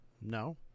No